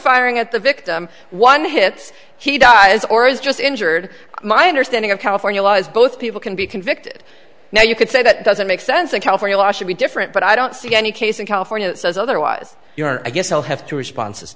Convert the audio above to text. firing at the victim one hits he dies or is just injured my understanding of california law is both people can be convicted now you can say that doesn't make sense in california law should be different but i don't see any case in california that says otherwise i guess i'll have two responses